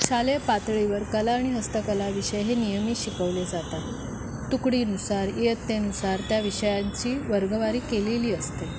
शालेय पातळीवर कला आणि हस्तकला विषय हे नियमित शिकवले जातात तुकडीनुसार इयत्तेनुसार त्या विषयांची वर्गवारी केलेली असते